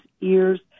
ears